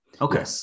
Okay